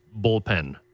bullpen